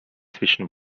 zwischen